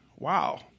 Wow